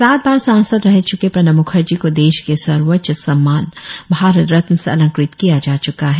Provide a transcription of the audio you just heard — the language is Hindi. सात बार सांसद रह च्के प्रणब मुखर्जी को देश के सर्वोच्च सम्मान भारत रत्न से अलंकृत किया जा च्का है